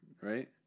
right